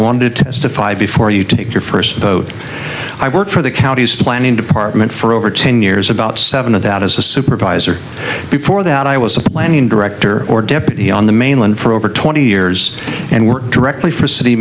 wanted to testify before you take your first vote i work for the county's planning department for over ten years about seven of that as a supervisor before that i was a planning director or deputy on the mainland for over twenty years and worked directly for city